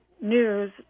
News